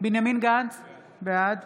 בנימין גנץ, בעד